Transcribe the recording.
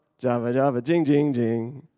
javajava jing jing jing.